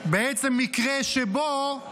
כשתקבלו שלטון אנחנו נהיה בגטו.